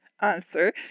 answer